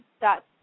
dot